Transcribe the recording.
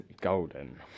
golden